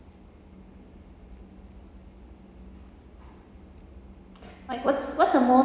like what what's the most